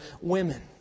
women